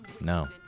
No